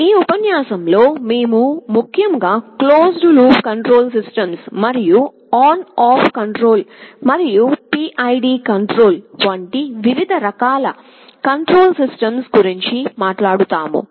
ఈ ఉపన్యాసంలో మేము ముఖ్యంగా క్లోజ్డ్ లూప్ కంట్రోల్ సిస్టమ్స్ మరియు ఆన్ ఆఫ్ కంట్రోల్ మరియు PID కంట్రోల్ వంటి వివిధ రకాల కంట్రోల్ సిస్టమ్స్ గురించి మాట్లాడుతాము